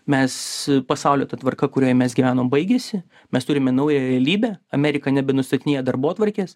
mes pasaulio ta tvarka kurioje mes gyvenom baigėsi mes turime naują realybę amerika nebenustatinėja darbotvarkės